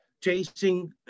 chasing